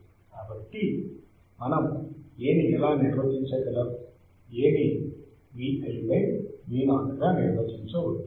కాబట్టి మనం A ని ఎలా నిర్వచించగలం A ని Vi Vo గా నిర్వచించవచ్చు